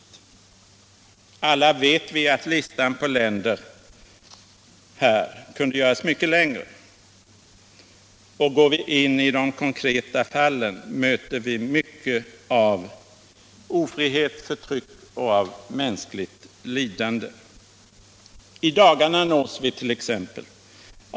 Alla vet vi att listan på länder kunde göras mycket längre. Går vi in i de konkreta fallen, möter vi mycket av ofrihet, förtryck och mänskligt lidande. I dagarna nås vit.ex.